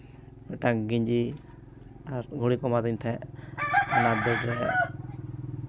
ᱢᱤᱫᱴᱟᱝ ᱜᱮᱧᱡᱤ ᱟᱨ ᱜᱷᱩᱲᱤ ᱠᱚ ᱮᱢᱟᱫᱤᱧ ᱛᱟᱦᱮᱸᱫ ᱚᱱᱟ ᱫᱟᱹᱲᱨᱮ